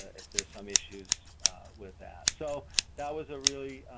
if there's some issues with that. so that was a really.